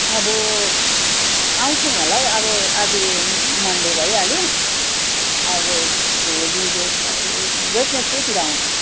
अब आउँछौँ होला हौ अब आज मन्डे भइहल्यो अब भोलि बेलुकी वेडनेसडेतिर आउँछौँ